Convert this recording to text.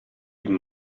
even